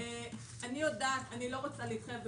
אני לא רוצה להתחייב,